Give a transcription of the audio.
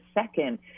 second